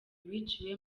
biciwe